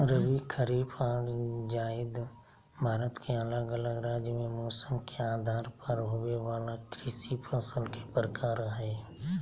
रबी, खरीफ आर जायद भारत के अलग अलग राज्य मे मौसम के आधार पर होवे वला कृषि फसल के प्रकार हय